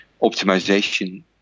optimization